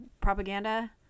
propaganda